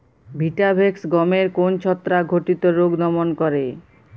Vitavax গমের কোন ছত্রাক ঘটিত রোগ দমন করে?